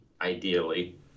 ideally